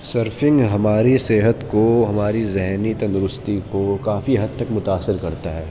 surfing ہماری صحت کو ہماری ذہنی تندرستی کو کافی حد تک متاثر کرتا ہے